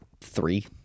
three